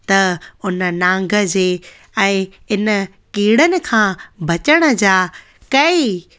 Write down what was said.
त उन नांग जे ऐं इन कीड़नि खां बचण जा कई